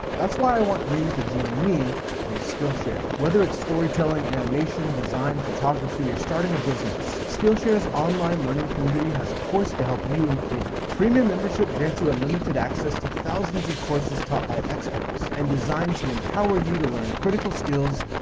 that's why i want you to join me on skillshare. whether it's storytelling, animation, design, photography, or starting a business, skillshare's online learning community has a course to help you improve. premium membership grants you unlimited access to thousands of courses taught by experts and designed to empower you to learn critical skills,